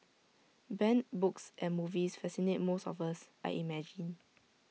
banned books and movies fascinate most of us I imagine